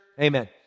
Amen